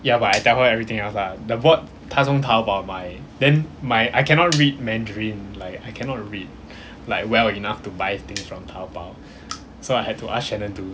ya but I tell her everything else ah the board 她从淘宝买 then my I cannot read mandarin like I cannot read like well enough to buy things from 淘宝 so I had to ask shannon to